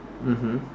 mmhmm